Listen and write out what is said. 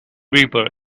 reaper